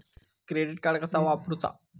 Credit card कसा वापरूचा?